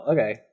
Okay